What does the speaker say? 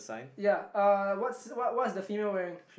ya uh what's what what's the female wearing